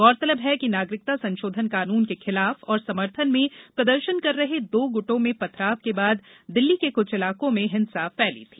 गौरतलब है कि नागरिकता संशोधन कानून के खिलाफ और समर्थन में प्रदर्शन कर रहे दो गुटो में पथराव के बाद दिल्ली के कुछ इलाको में हिंसा फैली थी